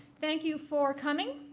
thank you for coming.